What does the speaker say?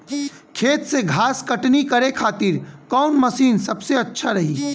खेत से घास कटनी करे खातिर कौन मशीन सबसे अच्छा रही?